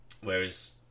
Whereas